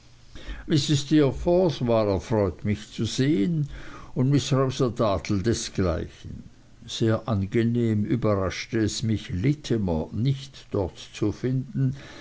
steerforth war erfreut mich zu sehen und miß rosa dartle desgleichen sehr angenehm überraschte es mich littimer nicht dort zu finden